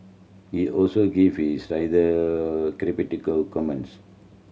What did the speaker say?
he also gave his rather comments